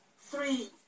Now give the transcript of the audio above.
three